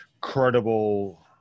credible